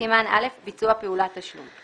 ביצוע פעולת תשלום על